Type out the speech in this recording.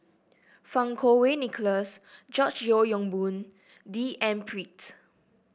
Fang Kuo Wei Nicholas George Yeo Yong Boon D N Pritt